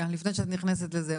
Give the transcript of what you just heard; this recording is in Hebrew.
לפני שאת נכנסת לזה,